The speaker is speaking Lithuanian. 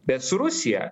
bet su rusija